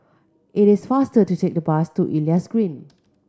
it is faster to take the bus to Elias Green